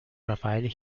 raphael